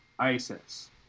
ISIS